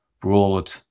broad